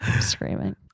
Screaming